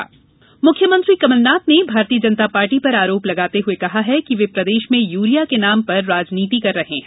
urea मुख्यमंत्री कमलनाथ ने भारतीय जनता पार्टी पर आरोप लगाते हुए कहा है कि वे प्रदेश में यूरिया के नाम पर राजनीति कर रहे हैं